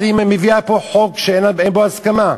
בו הסכמה?